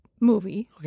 movie